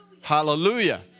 Hallelujah